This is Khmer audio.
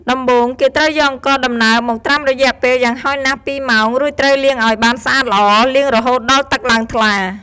ដំបូង គេត្រូវយកអង្ករដំណើបមកត្រាំរយៈពេល យ៉ាងហោចណាស់ពីរម៉ោង រួចត្រូវលាងឱ្យបានស្អាតល្អ លាងរហូតដល់ទឹកឡើងថ្លា។